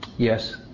Yes